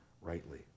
rightly